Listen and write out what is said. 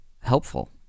helpful